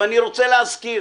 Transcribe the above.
אני רוצה להזכיר